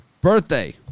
birthday